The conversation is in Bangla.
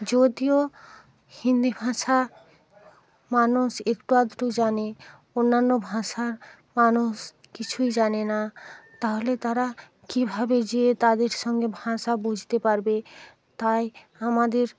যদিও হিন্দি ভাষা মানুষ একটু আধটু জানে অন্যান্য ভাষা মানুষ কিছুই জানে না তাহলে তারা কিভাবে গিয়ে তাদের সঙ্গে ভাষা বুঝতে পারবে তাই আমাদের